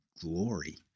glory